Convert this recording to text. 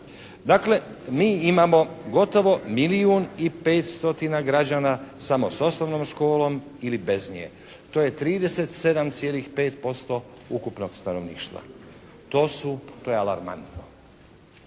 Dakle, mi imamo gotovo milijun i 5 stotina građana samo s osnovnom školom ili bez nje. To je 37,5% ukupnog stanovništva. To je alarmantno.